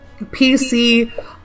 PC